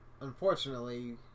Unfortunately